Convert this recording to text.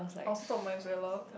I also thought mine is very loud